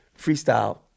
freestyle